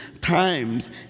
times